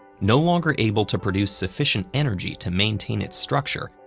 no longer able to produce sufficient energy to maintain its structure,